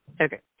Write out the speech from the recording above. Okay